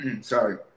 sorry